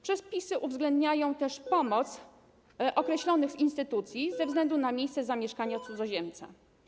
Przepisy uwzględniają też pomoc określonych instytucji ze względu na miejsce zamieszkania cudzoziemca.